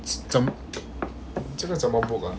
怎这个怎么 book ah